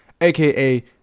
aka